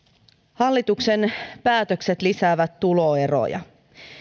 hallituksen päätökset lisäävät tuloeroja